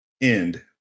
end